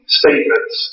statements